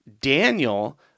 Daniel